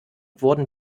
wurden